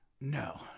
No